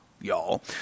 y'all